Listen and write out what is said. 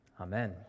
Amen